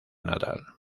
natal